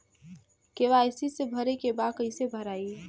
KYC भरे के बा कइसे भराई?